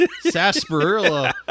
sarsaparilla